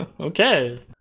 Okay